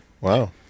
Wow